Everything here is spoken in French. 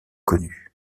connues